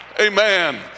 amen